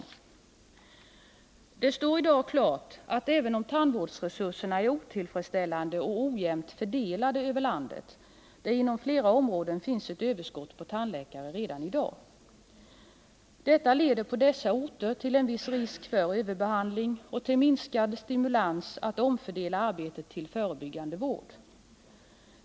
Det står i dag klart att det redan, även om tandvårdsresurserna är otillfredsställande och ojämnt fördelade över landet, inom flera områden finns ett överskott på tandläkare. Detta leder på dessa orter till en viss risk för överbehandling och till minskad stimulans att omfördela arbetet till förebyggande vård.